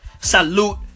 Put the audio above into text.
Salute